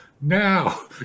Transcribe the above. Now